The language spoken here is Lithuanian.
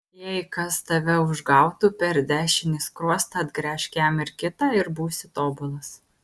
jei kas tave užgautų per dešinį skruostą atgręžk jam ir kitą ir būsi tobulas